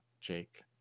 Jake